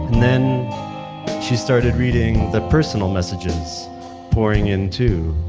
then she started reading the personal messages pouring in too